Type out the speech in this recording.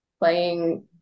playing